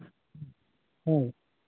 হয়